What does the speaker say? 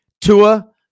Tua